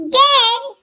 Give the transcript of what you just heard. dead